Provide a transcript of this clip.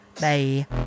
bye